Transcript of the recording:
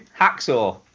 Hacksaw